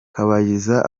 kabayiza